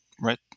Right